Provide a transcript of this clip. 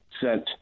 sent